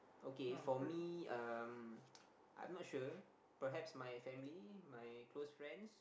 okay for me um I'm not sure perhaps my family my close friends